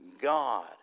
God